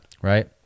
right